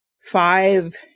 five